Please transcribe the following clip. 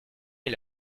est